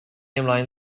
ymlaen